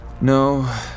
No